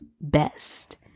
best